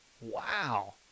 Wow